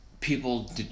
people –